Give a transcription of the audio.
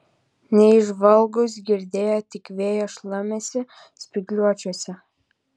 neįžvalgūs girdėjo tik vėjo šlamesį spygliuočiuose